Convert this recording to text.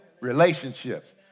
relationships